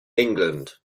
england